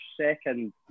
second